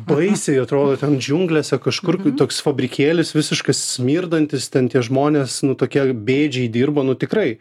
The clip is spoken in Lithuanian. baisiai atrodo ten džiunglėse kažkur toks fabrikėlis visiškas smirdantis ten tie žmonės nu tokie bėdžiai dirba nu tikrai